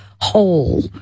whole